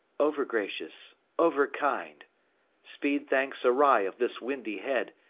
overgracious. overkind. speed thanks awry of this windy head,